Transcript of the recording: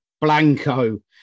Blanco